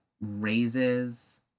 raises